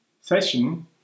session